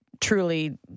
truly